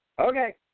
Okay